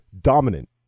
dominant